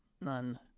None